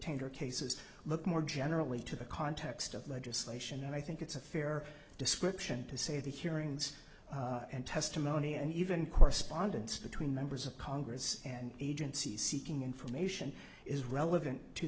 attainder cases look more generally to the context of legislation and i think it's a fair description to say the hearings and testimony and even correspondence between members of congress and agencies seeking information is relevant to